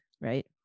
right